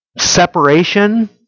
separation